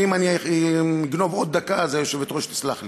ואם אני אגנוב עד דקה אז היושבת-ראש תסלח לי.